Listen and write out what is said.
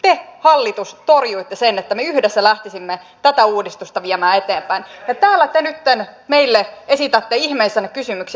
te hallitus torjuitte sen että me yhdessä lähtisimme tätä uudistusta viemään eteenpäin ja täällä te nytten meille esitätte ihmeissänne kysymyksiä